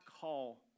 call